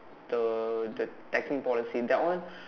the the taxing policy that one